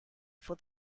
for